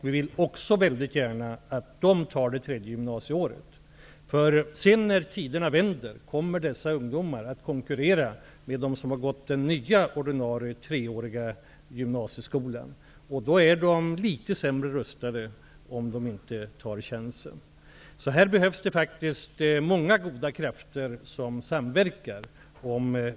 Vi vill gärna att de skall gå det tredje gymnasieåret. När det sedan blir andra tider kommer dessa ungdomar att konkurrera med dem som har gått den nya ordinarie 3-åriga gymnasieskolan. Om de inte tar chansen kommer de då att vara litet sämre rustade. Om vi skall nå detta resultat behövs det faktiskt många goda krafter som samverkar.